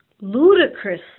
ludicrous